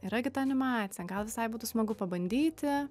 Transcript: yra gi ta animacija gal visai būtų smagu pabandyti